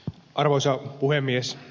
arvoisa puhemies